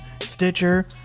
Stitcher